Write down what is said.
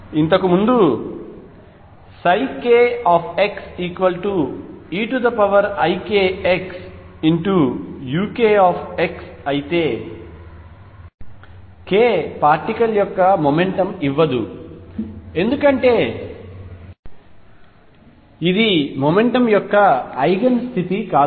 ఇంతకు ముందు kxeikxuk అయితే k పార్టికల్ యొక్క మొమెంటమ్ ఇవ్వదు ఎందుకంటే ఇది మొమెంటమ్ యొక్క ఐగెన్ స్థితి కాదు